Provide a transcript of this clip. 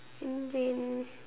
then